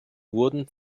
wurden